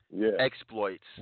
exploits